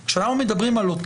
את כועסת עליה,